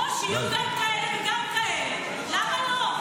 לא, שיהיו גם כאלה וגם כאלה, למה לא?